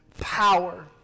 power